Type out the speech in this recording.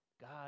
God